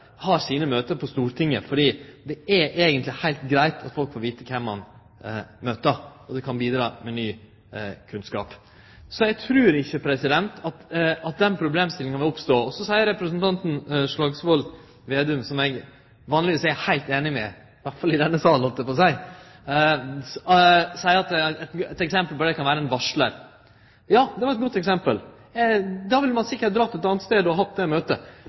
har sine møte på Stortinget fordi det er eigentleg heilt greitt at folk får vete kven ein møter, og det kan bidra med ny kunnskap. Eg trur ikkje at denne problemstillinga vil oppstå. Så seier representanten Slagsvold Vedum, som eg vanlegvis er heilt einig med – i alle fall i denne salen, heldt eg på å seie – at eit eksempel på dette kan vere ein varslar. Det var eit godt eksempel. Då ville ein sikkert ha drege ein annan plass og hatt det møtet.